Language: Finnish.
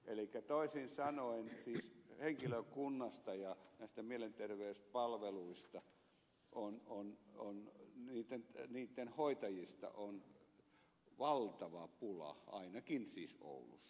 elikkä toisin sanoen siis henkilökunnasta ja näistä mielenterveyspalveluista niitten hoitajista on valtava pula ainakin siis oulussa